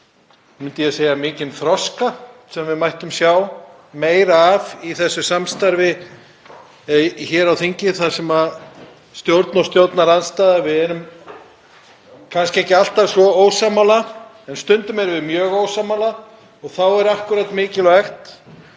myndi ég segja, mikinn þroska sem við mættum sjá meira af í þessu samstarfi hér á þingi. Stjórn og stjórnarandstaða — við erum kannski ekki alltaf svo ósammála en stundum erum við mjög ósammála. Þá er akkúrat mikilvægt